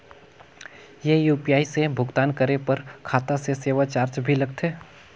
ये यू.पी.आई से भुगतान करे पर खाता से सेवा चार्ज भी लगथे?